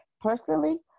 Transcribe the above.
personally